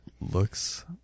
looks